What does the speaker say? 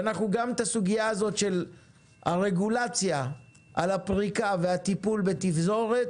וגם את הסוגיה הזאת של הרגולציה על הפריקה והטיפול בתפזורת,